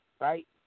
Right